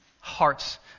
hearts